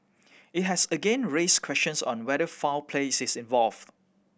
it has again raised questions on whether foul plays is involved